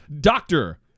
Doctor